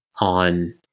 on